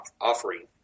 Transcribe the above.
offering